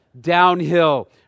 downhill